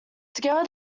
together